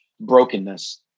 brokenness